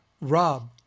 Rob